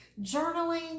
Journaling